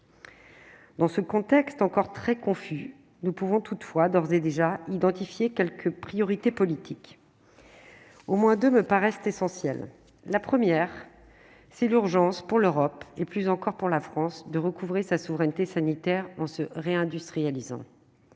dans ce contexte, encore très confus, nous pouvons toutefois d'ores et déjà identifié quelques priorités politiques au moins 2 me paraissent essentiels : la première, c'est l'urgence pour l'Europe et plus encore pour la France de recouvrer sa souveraineté sanitaire on se réindustrialiser,